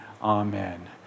amen